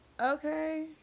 Okay